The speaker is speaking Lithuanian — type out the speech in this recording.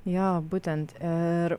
jo būtent ir